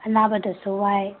ꯑꯅꯥꯕꯗꯁꯨ ꯋꯥꯏ